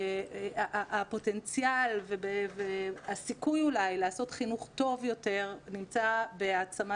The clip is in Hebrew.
הפוטנציאל והסיכוי לעשות חינוך טוב יותר נמצא בהעצמה